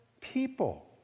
people